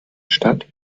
statt